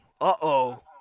uh-oh